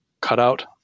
cutout